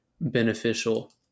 beneficial